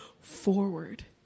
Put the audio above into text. forward